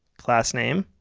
classname.